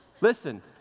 Listen